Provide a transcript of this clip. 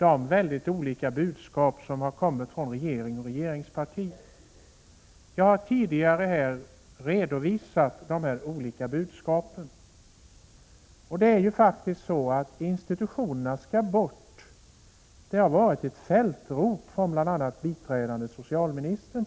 av de mycket olika budskap som kommit från regeringen och regeringspartiet. Jag har tidigare här redovisat dessa olika budskap. Institutionerna skall bort! — Det har tidigare varit ett fältrop från bl.a. biträdande socialministern.